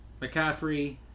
McCaffrey